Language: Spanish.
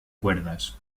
cuerdas